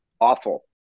awful